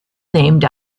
named